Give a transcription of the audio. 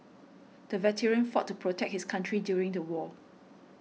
the veteran fought to protect his country during the war